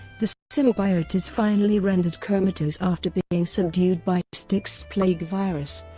the symbiote is finally rendered comatose after being subdued by styx's plague virus,